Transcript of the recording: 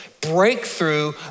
Breakthrough